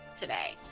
today